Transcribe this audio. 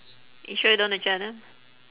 you sure you don't wanna check with them